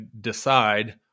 decide